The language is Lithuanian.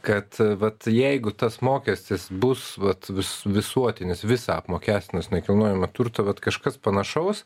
kad e vat jeigu tas mokestis bus vat vis visuotinis visą apmokestinus nekilnojamą turtą bet kažkas panašaus